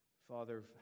Father